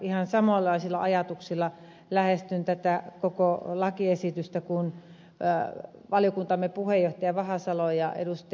ihan samanlaisilla ajatuksilla lähestyn tätä koko lakiesitystä kuin valiokuntamme puheenjohtaja vahasalo ja ed